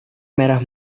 merah